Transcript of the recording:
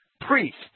priest